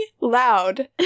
loud